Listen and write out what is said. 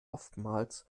oftmals